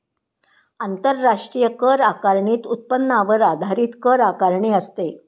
आंतरराष्ट्रीय कर आकारणीत उत्पन्नावर आधारित कर आकारणी असते